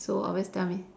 so always tell me